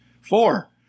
Four